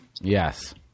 Yes